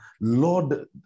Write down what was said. Lord